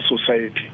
society